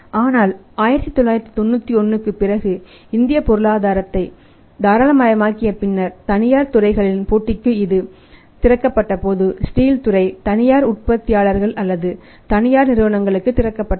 ஆனால் 1991 க்குப் பிறகு இந்தியப் பொருளாதாரத்தை தாராளமயமாக்கிய பின்னர் தனியார் துறைகளின் போட்டிக்கு இது திறக்கப்பட்டபோது ஸ்டீல் துறை தனியார் உற்பத்தியாளர்கள் அல்லது தனியார் நிறுவனங்களுக்கு திறக்கப்பட்டது